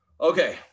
Okay